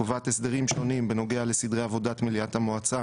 קובעת הסדרים שונים בנוגע לסדרי עבודת מליאת המועצה